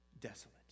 Desolate